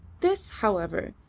this, however,